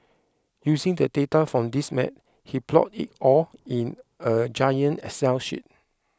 using the data from these map he plotted it all in a giant excel sheet